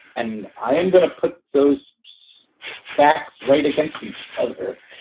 and i am going to put those facts right against each other.